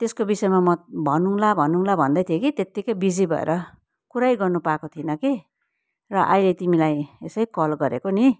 त्यसको विषयमा म भनौँला भनौँला भन्दैथिएँ कि त्यत्तिकै बिजी भएर कुरै गर्नु पाएको थिइनँ कि र अहिले तिमीलाई यसै कल गरेको नि